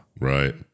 right